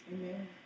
Amen